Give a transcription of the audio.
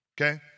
okay